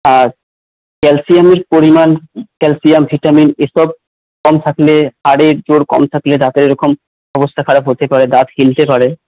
আর ক্যালসিয়ামের পরিমাণ calcium vitamin এসব কম থাকলে হাড়ের জোর কম থাকলে দাঁতে এরকম অবস্থা খারাপ হতে পারে দাঁত হেলতে পারে